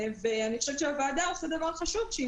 אני חושבת שהוועדה עושה דבר חשוב כשהיא